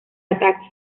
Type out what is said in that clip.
ataque